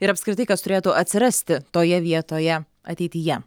ir apskritai kas turėtų atsirasti toje vietoje ateityje